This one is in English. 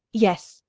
yes,